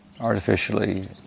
artificially